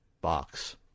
box